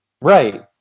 right